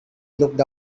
looked